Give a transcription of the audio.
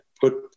put